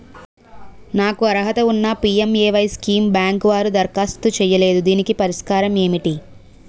నాకు అర్హత ఉన్నా పి.ఎం.ఎ.వై స్కీమ్ బ్యాంకు వారు దరఖాస్తు చేయలేదు దీనికి పరిష్కారం ఏమిటి?